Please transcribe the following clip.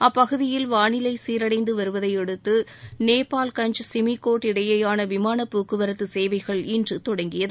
அப்பகுதியில் வாளிலை சீரடைந்து வருவதையடுத்து நேபாள் கஞ்ச் சிமிகோட் இடையேயாள விமானப் போக்குவரத்து சேவைகள் இன்று தொடங்கியது